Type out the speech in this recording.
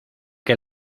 que